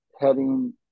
heading